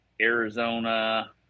Arizona